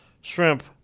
shrimp